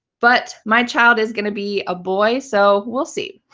but my child is going to be a boy, so we'll see.